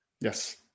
Yes